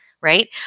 right